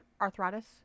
arthritis